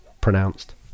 pronounced